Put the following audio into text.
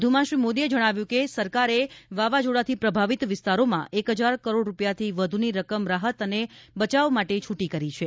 વધુમાં શ્રી મોદીએ જણાવ્યું કે સરકારે વાવાઝોડાથી પ્રભાવિત વિસ્તારોમાં એક હજાર કરોડ રૂપિયાથી વધુની રકમ રાહત અને બચાવ માટે છૂટી કરી છે